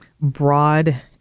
broad